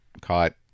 caught